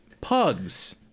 Pugs